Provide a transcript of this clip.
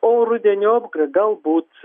o rudeniop gra galbūt